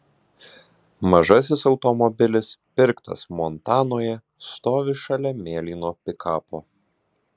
mažasis automobilis pirktas montanoje stovi šalia mėlyno pikapo